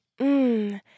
mmm